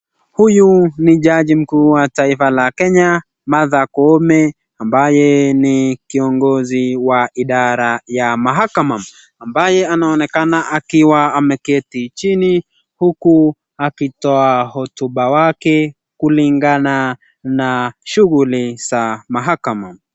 Huyu ni jaji mkuu wa taifa la Kenya, Martha Koome, ambaye ni kiongozi wa idara ya mahakama, ambaye anaonekana akiwa ameketi chini huku akitoa hotuba wake kulingana na shughuli za mahakama.